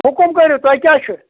حُکُم کٔرِو تۄہہِ کیٛاہ چھُ